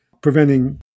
preventing